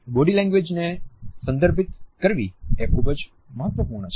તે માટે બોડી લેંગ્વેજને સંદર્ભિત કરવી એ ખૂબ જ મહત્વપૂર્ણ છે